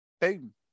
Boom